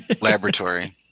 laboratory